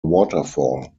waterfall